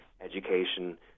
education